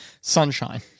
Sunshine